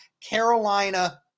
Carolina